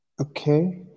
Okay